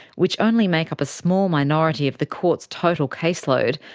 which only make up a small minority of the court's total caseload,